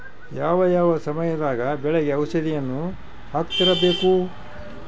ಯಾವ ಯಾವ ಸಮಯದಾಗ ಬೆಳೆಗೆ ಔಷಧಿಯನ್ನು ಹಾಕ್ತಿರಬೇಕು?